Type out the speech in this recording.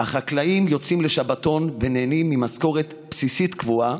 החקלאים יוצאים לשבתון ונהנים ממשכורת בסיסית קבועה,